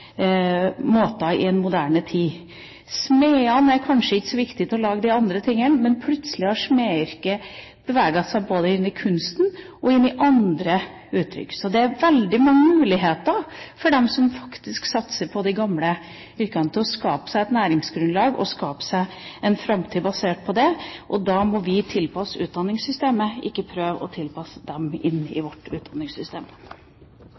måter i en moderne tid. Smedene er kanskje ikke så viktige når det gjelder å lage andre ting, men plutselig har smedyrket beveget seg både inn i kunsten og inn i andre uttrykk, så det er veldig mange muligheter for dem som satser på de gamle yrkene for å skape seg et næringsgrunnlag og en framtid basert på det. Da må vi tilpasse utdanningssystemet, ikke prøve å tilpasse dem